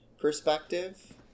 perspective